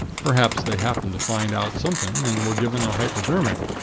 perhaps they happened to find out something, and were given a hypodermic.